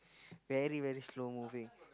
very very slow movie